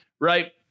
right